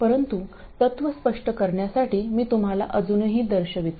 परंतु तत्त्व स्पष्ट करण्यासाठी मी तुम्हाला अजूनही दर्शवितो